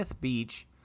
Beach